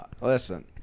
Listen